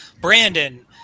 Brandon